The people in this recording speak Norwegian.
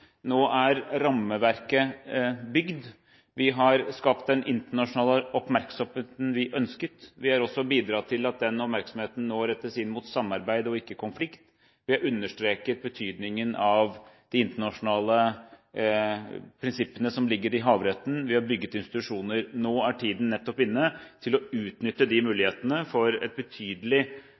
nå er rammeverket bygd. Vi har skapt den internasjonale oppmerksomheten vi ønsket. Vi har også bidratt til at den oppmerksomheten nå rettes inn mot samarbeid og ikke konflikt. Vi har understreket betydningen av de internasjonale prinsippene som ligger i havretten, og vi har bygd institusjoner. Nå er tiden inne til å utnytte mulighetene for en betydelig